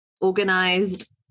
organized